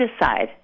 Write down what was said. decide